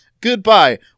goodbye